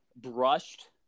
brushed